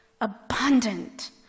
abundant